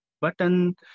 button